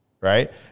right